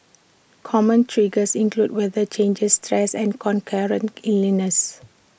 common triggers include weather changes stress and concurrent illnesses